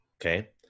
okay